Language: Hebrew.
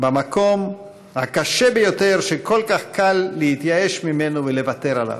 בַמקום הקשה ביותר שכל כך קל להתייאש ממנו ולוותר עליו.